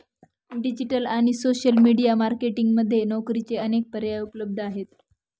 digital आणि social media marketing मध्ये नोकरीचे अनेक पर्याय उपलब्ध आहेत